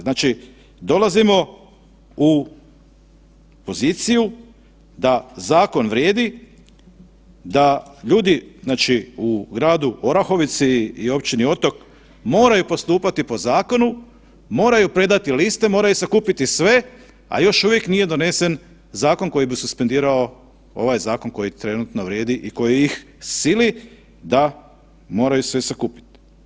Znači dolazimo u poziciju da zakon vrijedi, da ljudi u gradu Orahovici i Općini Otok moraju postupati po zakonu, moraju predati liste, moraju sakupiti sve, a još uvijek nije donesen zakon koji bi suspendirao ovaj zakon koji trenutno vrijedi i koji ih sili da moraju sve sakupiti.